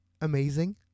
amazing